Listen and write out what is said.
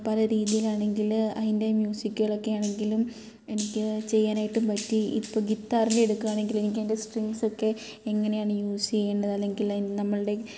പല രീതിയിലാണെങ്കിൽ അതിൻ്റെ മ്യൂസിക്കുകളൊക്കെ ആണെങ്കിലും എനിക്ക് ചെയ്യാനായിട്ടും പറ്റി ഇപ്പോൾ ഗിത്താറിന്റെ എടുക്കുകയാണെങ്കിൽ എനിക്ക് അതിന്റെ സ്ട്രിങ്സ് ഒക്കെ എങ്ങനെയാണ് യൂസ് ചെയ്യേണ്ടത് അല്ലെങ്കിൽ എ നമ്മളുടെ